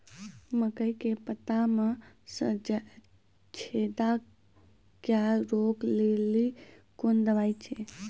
मकई के पता मे जे छेदा क्या रोक ले ली कौन दवाई दी?